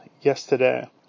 yesterday